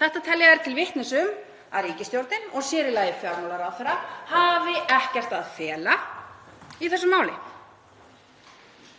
Þetta telja þeir til vitnis um að ríkisstjórnin og sér í lagi fjármálaráðherra hafi ekkert að fela í þessu máli.